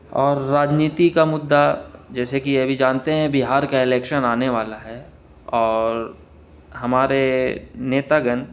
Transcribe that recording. اور راجنیتی کا مدعا جیسے کہ ابھی جانتے ہیں بہار کا الیکشن آنے والا ہے اور ہمارے نیتا گن